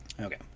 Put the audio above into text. Okay